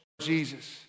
Jesus